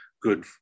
good